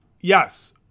yes